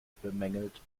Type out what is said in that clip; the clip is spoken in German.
bemängelt